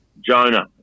Jonah